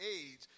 age